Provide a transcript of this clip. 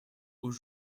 aux